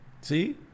See